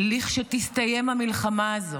שלכשתסתיים המלחמה הזאת,